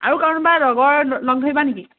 আৰু কাৰোবা লগৰ লগ ধৰিবা নেকি